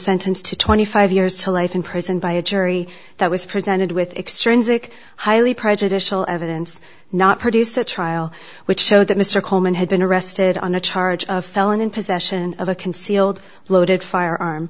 sentenced to twenty five years to life in prison by a jury that was presented with extrinsic highly prejudicial evidence not produced a trial which showed that mr coleman had been arrested on a charge of felon in possession of a concealed loaded firearm